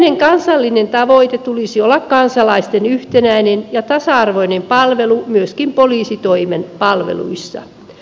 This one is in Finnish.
yleisen kansallisen tavoitteen tulisi olla kansalaisten yhtenäinen ja tasa arvoinen palvelu myöskin poliisitoimen palveluissa